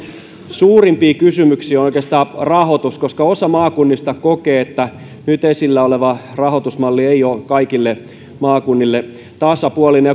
suurimpia kysymyksiä on oikeastaan rahoitus koska osa maakunnista kokee että nyt esillä oleva rahoitusmalli ei ole kaikille maakunnille tasapuolinen